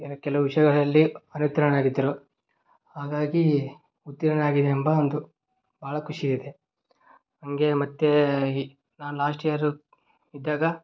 ಏನು ಕೆಲವು ವಿಷಯಗಳಲ್ಲಿ ಅನುತ್ತೀರ್ಣರಾಗಿದ್ರು ಹಾಗಾಗಿ ಉತ್ತೀರ್ಣನಾಗಿದ್ದೆ ಎಂಬ ಒಂದು ಭಾಳ ಖುಷಿಯಿದೆ ಹಾಗೆ ಮತ್ತೆ ಈ ನಾನು ಲಾಸ್ಟ್ ಯಿಯರ್ ಇದ್ದಾಗ